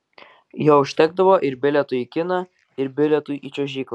jo užtekdavo ir bilietui į kiną ir bilietui į čiuožyklą